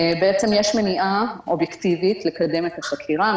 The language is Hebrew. יש מניעה אובייקטיבית לקדם את החקירה.